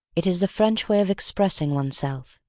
it is the french way of expressing one's self,